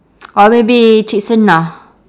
or maybe cik senah